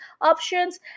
options